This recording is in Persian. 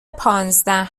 پانزده